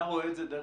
אתה רואה את זה דרך,